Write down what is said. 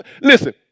Listen